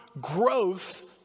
growth